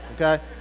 okay